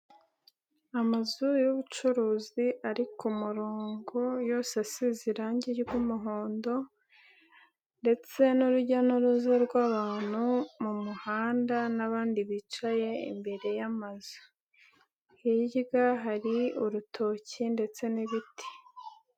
Amazu y'ubucuruzi ari ku murongo yose asize irangi ry'umuhondo ndetse n'urujya n'uruza rw'abantu mu muhanda n'abandi bicaye imbere y'amazu, hirya hari urutoki ndetse n'ibiti.